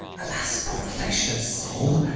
alas, poor affectionate soul,